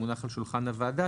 הוא מונח על שולחן הוועדה,